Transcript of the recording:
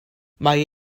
mae